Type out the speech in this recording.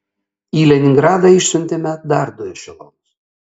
į leningradą išsiuntėme dar du ešelonus